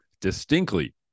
distinctly